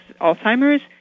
Alzheimer's